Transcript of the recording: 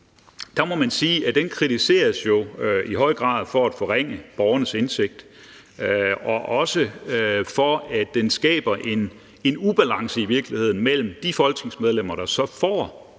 der må man sige, at den jo i høj grad kritiseres for at forringe borgernes indsigt og også for, at den skaber en ubalance, i virkeligheden, mellem de folketingsmedlemmer, der så får nogle svar,